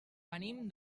venim